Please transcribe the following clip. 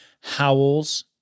howls